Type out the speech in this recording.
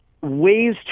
ways